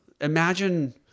Imagine